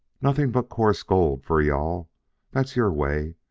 nothing but coarse gold for you-all, that's your way,